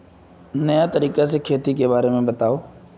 नया तरीका से खेती के बारे में बताऊं?